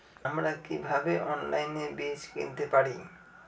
আমরা কীভাবে অনলাইনে বীজ কিনতে পারি?